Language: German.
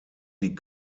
die